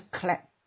collect